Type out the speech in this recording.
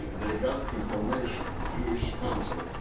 they got information, the jewish council,